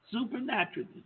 Supernaturally